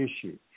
issue